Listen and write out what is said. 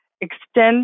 extend